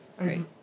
Right